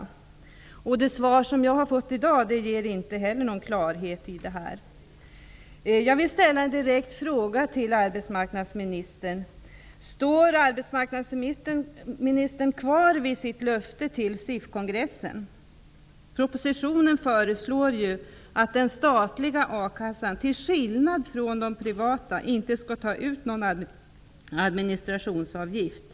Inte heller det svar som jag har fått i dag ger någon klarhet om detta. kongressen? I propositionen föreslås ju att den statliga a-kassan till skillnad från de privata inte skall ta ut någon administrationsavgift.